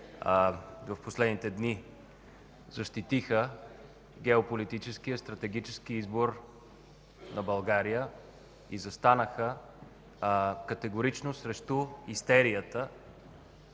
в последните дни защитиха геополитическия стратегически избор на България и застанаха категорично срещу истерията,